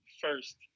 first